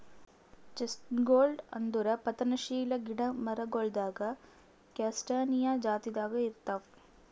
ಚೆಸ್ಟ್ನಟ್ಗೊಳ್ ಅಂದುರ್ ಪತನಶೀಲ ಗಿಡ ಮರಗೊಳ್ದಾಗ್ ಕ್ಯಾಸ್ಟಾನಿಯಾ ಜಾತಿದಾಗ್ ಇರ್ತಾವ್